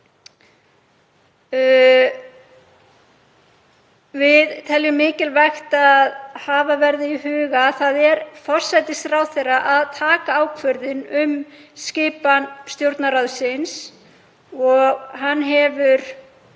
Við teljum mikilvægt að hafa í huga að það er forsætisráðherra að taka ákvörðun um skipan Stjórnarráðsins og hann hefur